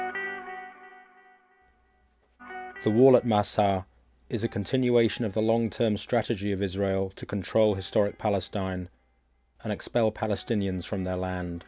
the the wall at my side is a continuation of the long term strategy of israel to control historic palestine and expel palestinians from their land